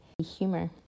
humor